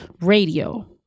radio